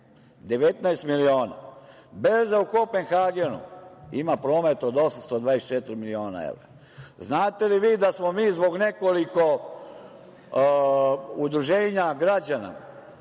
19 miliona. Berza u Kopenhagenu ima promet od 824 miliona evra. Znate li vi da smo mi zbog nekoliko udruženja građana,